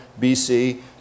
BC